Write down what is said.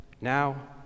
now